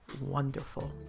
wonderful